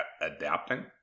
adapting